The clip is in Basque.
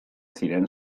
ziren